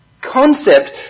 concept